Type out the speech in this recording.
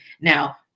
Now